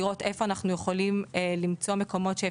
ולראות איפה אנחנו יכולים למצוא מקומות שבהם